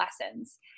lessons